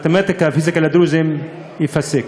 מתמטיקה ופיזיקה לדרוזים, ייפסק.